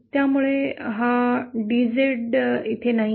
त्यामुळे हा डीझेड तिथे नाहीये